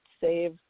save